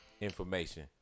information